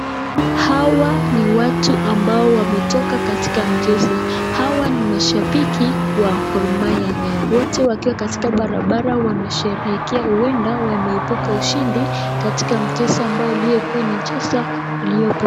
Hawa ni watu ambao wametoka katika mchezo. Hawa ni mashabiki wa gor mahia, wote wakiwa kwa barabara wakishabikia huenda wameibuka ushindi katika michezo ambayo wamekuwa wakicheza.